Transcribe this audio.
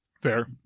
Fair